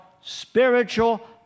spiritual